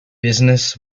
business